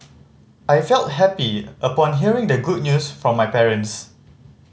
I felt happy upon hearing the good news from my parents